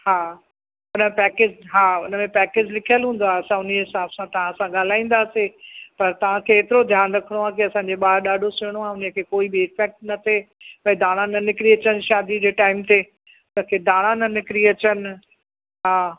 हा उनमें पैकेज हा उनमें पैकेज लिखयल हूंदो आहे असां उन्हीअ हिसाब सां तव्हासां ॻाल्हाईंदासीं पर तव्हांखे एतिरो ध्यानु रखिणो आहे की असांजो ॿार ॾाढो सुहिणो आहे उनखे कोई बि इफ़ेक्ट न थिए भई दाणा न निकिरी अचनि शादी जे टाइम ते बसि हे दाणा न निकिरी अचनि हा